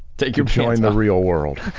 to join the real world.